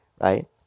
right